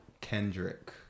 Kendrick